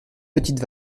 petites